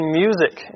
music